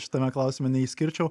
šitame klausime neišskirčiau